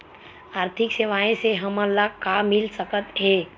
आर्थिक सेवाएं से हमन ला का मिल सकत हे?